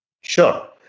Sure